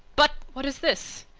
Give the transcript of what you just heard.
but what is this?